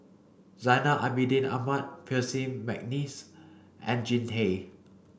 Zainal Abidin Ahmad Percy McNeice and Jean Tay